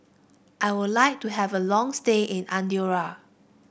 I would like to have a long stay in Andorra